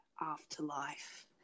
afterlife